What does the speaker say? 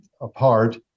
apart